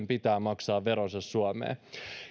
pitää maksaa veronsa suomeen en